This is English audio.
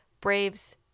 Braves